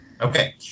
Okay